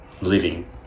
living